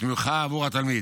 ותמיכה עבור התלמיד.